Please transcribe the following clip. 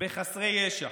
בחסרי ישע.